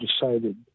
decided